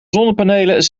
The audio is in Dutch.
zonnepanelen